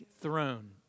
throne